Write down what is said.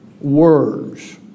words